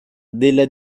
della